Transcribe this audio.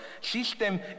system